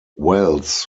wells